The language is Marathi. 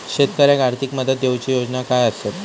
शेतकऱ्याक आर्थिक मदत देऊची योजना काय आसत?